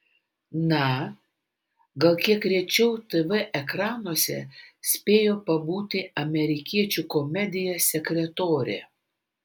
na gal kiek rečiau tv ekranuose spėjo pabūti amerikiečių komedija sekretorė